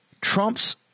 Trump's